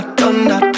thunder